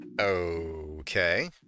Okay